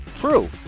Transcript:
True